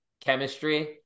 chemistry